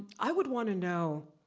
i would wanna know,